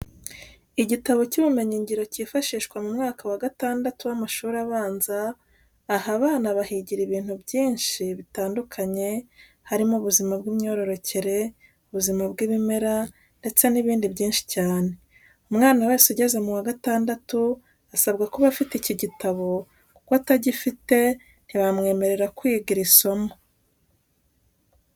Igitabo cy'ubumenyingiro cyifashishwa mu mwaka wa gatandatu w'amashuri abanza, aha abana bahigira ibintu byinshi bitandukanye, harimo ubuzima bw'imyororokere, ubuzima bw'ibimera ndetse n'ibindi byinshi cyane. Umwana wese ugeze mu wa gatandatu asabwa kuba afite iki gitabo, kuko atagifite ntibamwemerera kwiga iri somo.